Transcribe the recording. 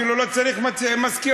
אפילו לא צריך מזכירה,